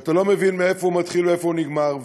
שאתה לא מבין מאיפה הוא מתחיל ואיפה הוא נגמר,